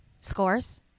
scores